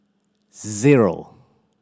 zero